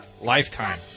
Lifetime